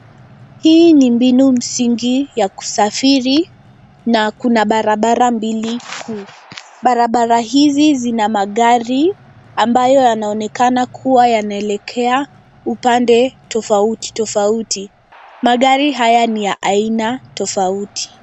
Hii ni mbinu msingi ya kusafiri na kuna barabara mbili kuu. Barabara hizi zina magari ambayo yanaonekana kuwa yanaelekea upande tofauti tofauti. Magari haya ni ya aina tofauti.